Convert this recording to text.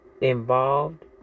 Involved